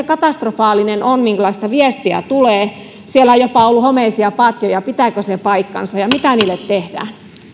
katastrofaalinen on sellaista viestiä tulee siellä on jopa ollut homeisia patjoja pitääkö se paikkansa ja mitä niille tehdään